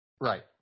Right